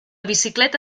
bicicleta